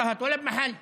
לא ברהט ולא בשום מקום.